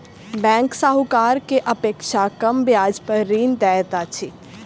bank साहूकार के अपेक्षा कम ब्याज पर ऋण दैत अछि